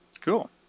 cool